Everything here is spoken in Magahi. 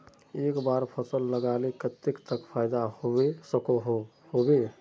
एक बार फसल लगाले कतेक तक फायदा होबे सकोहो होबे?